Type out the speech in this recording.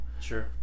sure